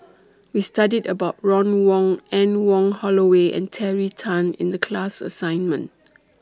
We studied about Ron Wong Anne Wong Holloway and Terry Tan in The class assignment